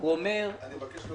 הנני מתכבד